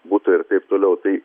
butai ir taip toliau tai